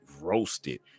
roasted